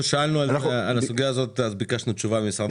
אנחנו שאלנו על הסוגייה הזאת וביקשנו תשובה ממשרד המשפטים.